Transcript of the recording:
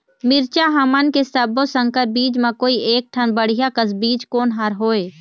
मिरचा हमन के सब्बो संकर बीज म कोई एक ठन बढ़िया कस बीज कोन हर होए?